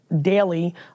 daily